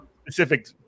specific